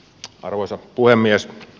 arvoisa puhemies